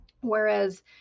Whereas